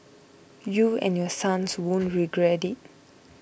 you and your sons won't regret it